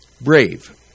Brave